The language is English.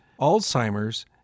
Alzheimer's